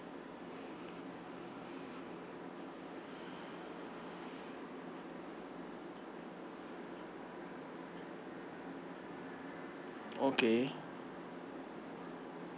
okay